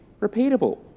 repeatable